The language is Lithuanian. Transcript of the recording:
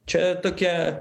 čia tokia